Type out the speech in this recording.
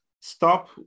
stop